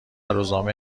روزنامه